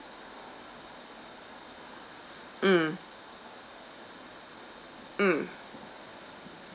mm mm